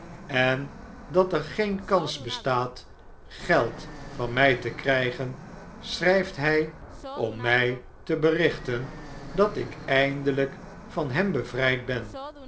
en dat er geen kans bestaat geld van mij te krjjgen schr jft hjj om my te berichteii dat ik eindelyk van hem bevryd ben